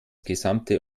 gesamte